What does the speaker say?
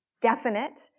definite